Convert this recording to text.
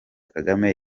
kagame